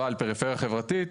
אבל פריפריה חברתית,